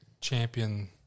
champion